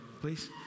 please